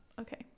okay